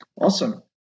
Awesome